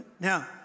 Now